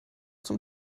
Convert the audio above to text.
zum